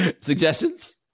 Suggestions